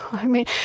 i mean,